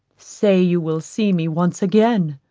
say you will see me once again.